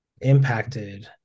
impacted